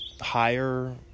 higher